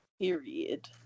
period